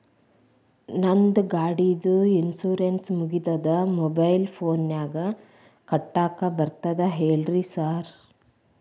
ನಂದ್ ಗಾಡಿದು ಇನ್ಶೂರೆನ್ಸ್ ಮುಗಿದದ ಮೊಬೈಲ್ ಫೋನಿನಾಗ್ ಕಟ್ಟಾಕ್ ಬರ್ತದ ಹೇಳ್ರಿ ಸಾರ್?